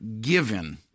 given